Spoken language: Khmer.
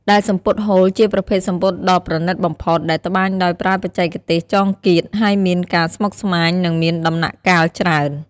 ដែលសំពត់ហូល ជាប្រភេទសំពត់ដ៏ប្រណីតបំផុត ដែលត្បាញដោយប្រើបច្ចេកទេស ចងគាត ហើយមានការស្មុកស្មាញ និងមានដំណាក់កាលច្រើន។